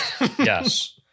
Yes